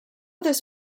this